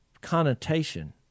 connotation